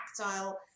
tactile